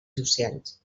socials